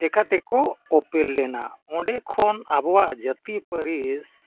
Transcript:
ᱞᱮᱠᱟᱛᱮ ᱠᱚ ᱩᱯᱮᱞ ᱞᱮᱱᱟ ᱚᱸᱰᱮ ᱠᱷᱚᱱ ᱟᱵᱚᱣᱟᱜ ᱡᱟᱹᱛᱤ ᱯᱟᱹᱨᱤᱥ